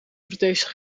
prothese